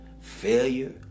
Failure